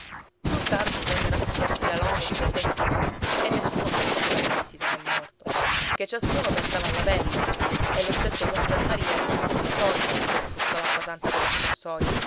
sul tardi vennero a pigliarsi la longa in fretta e in furia e nessuno pensò a fare la visita del morto che ciascuno pensava alla pelle e lo stesso don giammaria rimase sulla soglia quando spruzzò l'acqua santa coll'aspersorio